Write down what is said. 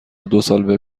دوسال